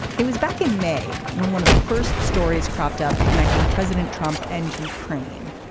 it was back in may when one of the first stories cropped up connecting president trump and ukraine.